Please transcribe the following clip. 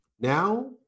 Now